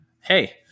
hey